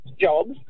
jobs